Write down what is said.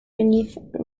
beneath